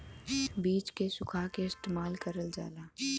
बीज के सुखा के इस्तेमाल करल जाला